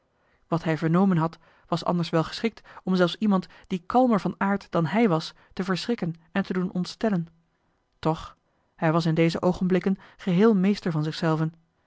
wat hij vernomen had was anders wel geschikt om zelfs iemand die kalmer van aard dan hij was te verschrikken en te doen ontstellen toch hij was in deze oogenblikken geheel meester van zichzelven